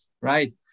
right